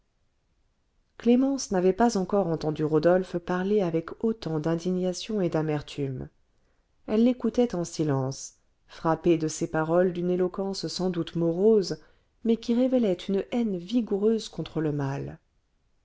clémence n'avait pas encore entendu rodolphe parler avec autant d'indignation et d'amertume elle l'écoutait en silence frappée de ces paroles d'une éloquence sans doute morose mais qui révélaient une haine vigoureuse contre le mal